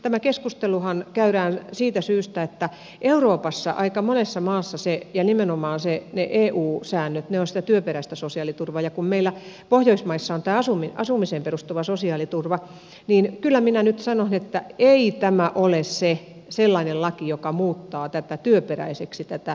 tämä keskusteluhan käydään siitä syystä että euroopassa aika monessa maassa on ja nimenomaan ne eu säännöt ovat sitä työperäistä sosiaaliturvaa ja kun meillä pohjoismaissa on tämä asumiseen perustuva sosiaaliturva niin kyllä minä nyt sanon että ei tämä ole sellainen laki joka muuttaa työperäiseksi tätä sosiaaliturvaa